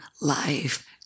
life